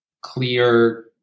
clear